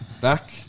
Back